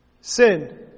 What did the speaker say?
Sin